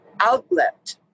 outlet